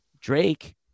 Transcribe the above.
Drake